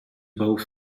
both